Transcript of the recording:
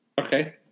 Okay